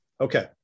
Okay